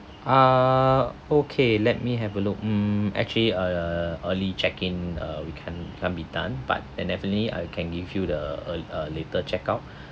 err okay let me have a look mm actually uh early check in uh we can't can't be done but definitely I can give you the ea~ uh later check out